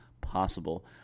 possible